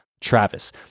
Travis